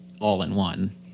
all-in-one